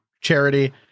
charity